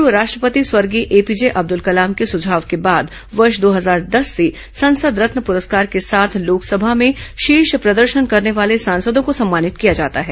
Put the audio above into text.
पूर्व राष्ट्रपति स्वर्गीय एपीजे अब्दुल कलाम के सुझाव के बाद वर्ष दो हजार दस से संसद रत्न पुरस्कार के साथ लोकसभा में शीर्ष प्रदर्शन करने वाले सांसदों को सम्मानित किया जाता है